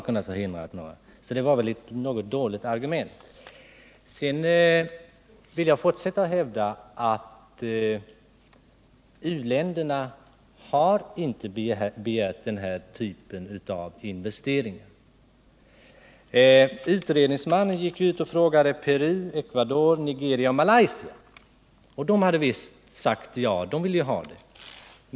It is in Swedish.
Jag vill fortsätta hävda att u-länderna inte har begärt den här typen av investeringar. Utredningsmannen gick ut och frågade Peru, Ecuador, Nigeria och Malaysia, och de hade visst sagt att de ville ha sådana.